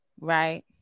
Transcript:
right